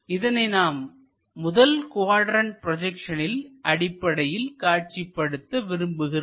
இதனை நாம் முதல் குவாட்ரண்ட் ப்ரொஜெக்ஷனின் அடிப்படையில் காட்சிப்படுத்த விரும்புகிறோம்